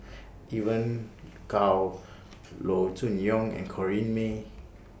Evon Kow Loo Choon Yong and Corrinne May